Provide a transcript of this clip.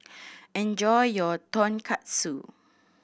enjoy your Tonkatsu